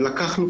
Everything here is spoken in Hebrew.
ולקחנו,